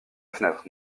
fenêtre